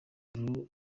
uru